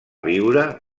viure